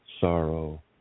sorrow